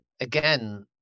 Again